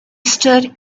stood